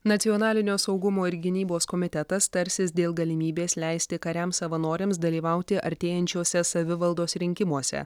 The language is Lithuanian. nacionalinio saugumo ir gynybos komitetas tarsis dėl galimybės leisti kariams savanoriams dalyvauti artėjančiuose savivaldos rinkimuose